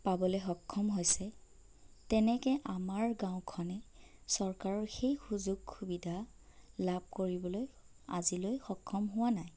পাবলৈ সক্ষম হৈছে তেনেকে আমাৰ গাঁওখনে চৰকাৰৰ সেই সুযোগ সুবিধা লাভ কৰিবলৈ আজিলৈ সক্ষম হোৱা নাই